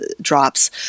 drops